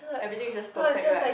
everything is just perfect right